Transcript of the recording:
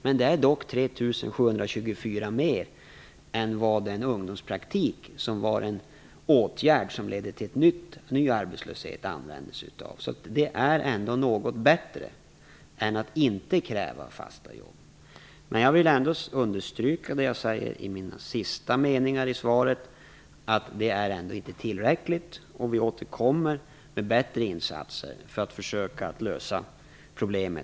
Men det är dock 3 724, vilket är mer än vad den ungdomspraktik gav som den förra regeringen använde sig av - en åtgärd som ledde till ny arbetslöshet. Så det är ändå något bättre än att inte kräva fasta jobb. Jag vill ändå understryka de sista meningarna i svaret, att det ändå inte är tillräckligt och att vi återkommer med bättre insatser för att försöka lösa problemet.